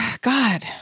God